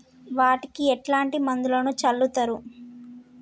వాటికి ఎట్లాంటి మందులను చల్లుతరు?